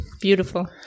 Beautiful